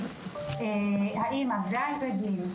האימא והילדים,